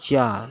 چار